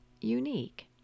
unique